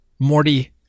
Morty